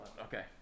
Okay